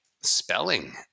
spelling